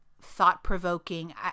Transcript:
thought-provoking